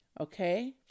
okay